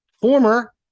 former